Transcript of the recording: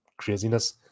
craziness